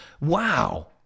Wow